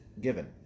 given